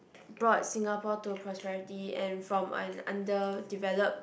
brought Singapore to prosperity and from an under developed